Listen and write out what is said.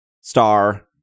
Star